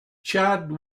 chad